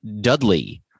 Dudley